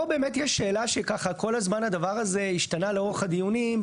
פה באמת יש שאלה שככה כל הזמן הדבר הזה השתנה לאורך הדיונים.